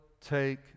take